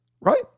right